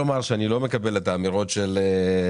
לדעתי הבחור הצעיר שדיבר פה לא מודע למה שאנחנו עושים עבור צעירים.